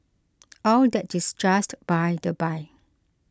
all that is just by the by